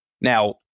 Now